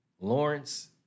Lawrence